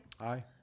Aye